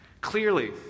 Clearly